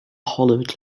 hollered